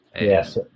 Yes